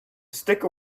sticker